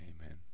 amen